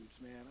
man